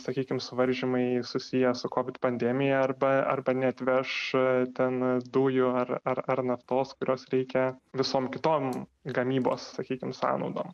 sakykim suvaržymai susiję su covid pandemija arba arba neatveš e ten dujų ar ar ar naftos kurios reikia visom kitom gamybos sakykim sąnaudom